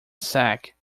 sack